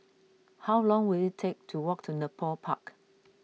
how long will it take to walk to Nepal Park